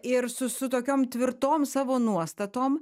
ir su su tokiom tvirtom savo nuostatom